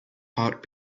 heart